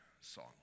song